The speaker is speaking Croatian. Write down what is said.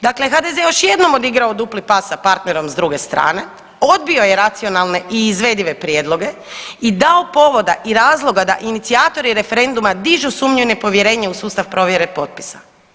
Dakle, HDZ je još jednom odigrao dupli pas sa partnerom s druge strane, odbio je racionalne i izvedive prijedloge i dao povoda i razloga da inicijatori referenduma dižu sumnje i nepovjerenje u sustav provjere potpisa.